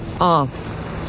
Off